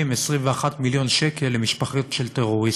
21 מיליון שקל למשפחות של טרוריסטים.